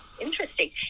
interesting